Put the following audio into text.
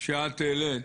שאת העלית.